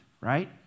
right